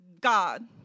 God